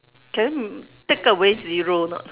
can take away zero or not